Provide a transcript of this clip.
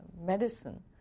medicine